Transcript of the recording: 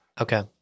Okay